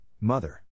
mother